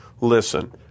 listen